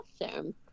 Awesome